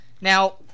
Now